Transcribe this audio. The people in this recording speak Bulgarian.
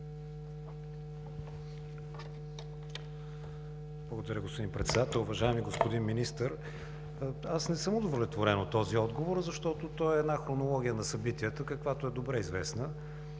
Благодаря, господин Председател. Уважаеми господин Министър, аз не съм удовлетворен от този отговор, защото той е една хронология на събитията, която е добре известна.